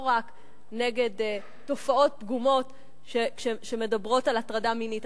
רק נגד תופעות פגומות שמדברות על הטרדה מינית.